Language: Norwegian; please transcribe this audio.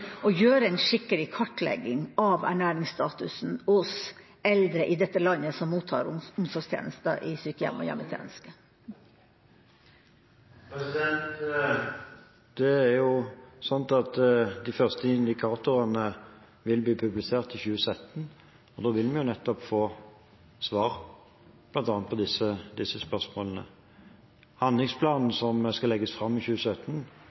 å gjøre en skikkelig kartlegging av ernæringsstatus hos eldre i dette landet som mottar omsorgstjenester i sykehjem og hjemmetjeneste? De første indikatorene vil bli publisert i 2017. Da vil vi få svar bl.a. på disse spørsmålene. Handlingsplanen som skal legges fram i 2017,